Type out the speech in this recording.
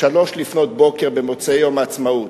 בשלוש לפנות בוקר במוצאי יום העצמאות,